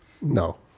No